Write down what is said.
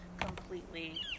Completely